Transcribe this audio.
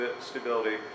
stability